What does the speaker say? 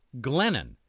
Glennon